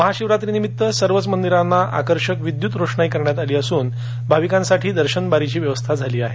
महाशिवरात्रीनिमित्त मंदिरांना आकर्षक विद्युत रोषणाई करण्यात आली असून भाविकांसाठी दर्शन बारीची व्यवस्था आहे